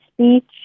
speech